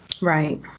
Right